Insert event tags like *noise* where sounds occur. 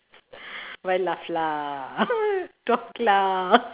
why laugh lah *laughs* talk lah *laughs*